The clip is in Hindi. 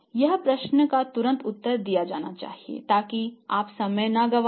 इस प्रश्न का तुरंत उत्तर दिया जाना है ताकि आप समय न गवाएं